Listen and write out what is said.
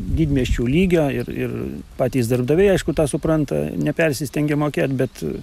didmiesčių lygio ir ir patys darbdaviai aišku tą supranta nepersistengia mokėt bet